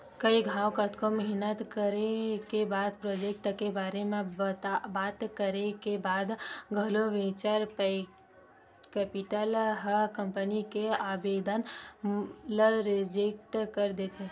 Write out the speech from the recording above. कई घांव कतको मेहनत करे के बाद प्रोजेक्ट के बारे म बात करे के बाद घलो वेंचर कैपिटल ह कंपनी के आबेदन ल रिजेक्ट कर देथे